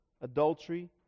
adultery